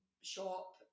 shop